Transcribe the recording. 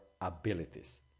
abilities